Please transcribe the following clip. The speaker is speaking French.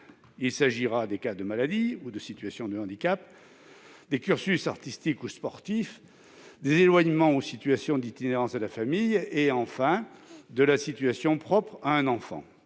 Il s'agira de situations de maladie ou de handicap, des cursus artistiques ou sportifs, des éloignements dus aux situations d'itinérance de la famille et de la situation propre à un enfant.